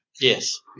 Yes